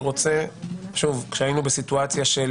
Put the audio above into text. כשהיינו בסיטואציה של